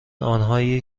آنهایی